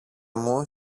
μου